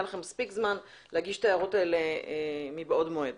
היה לכם מספיק זמן להגיש את ההערות האלה מבעוד מועד.